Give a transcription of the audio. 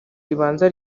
ribanza